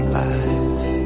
life